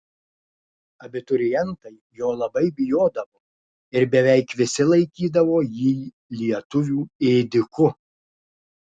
abiturientai jo labai bijodavo ir beveik visi laikydavo jį lietuvių ėdiku